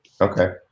Okay